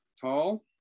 tall